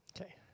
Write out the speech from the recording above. Okay